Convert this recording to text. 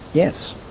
yes.